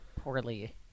poorly